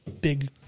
big